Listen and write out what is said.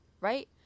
right